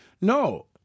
No